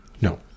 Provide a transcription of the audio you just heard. No